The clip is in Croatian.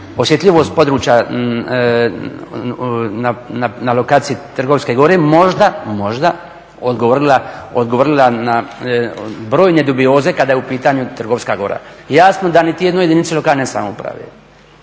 osjetljivost područja na lokaciji Trgovske gore, možda, možda odgovorila na brojne dubioze kada je u pitanju Trgovska gora. Jasno da nitijednoj jedinici lokalne samouprave